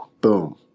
boom